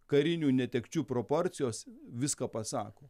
karinių netekčių proporcijos viską pasako